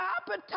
appetite